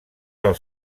del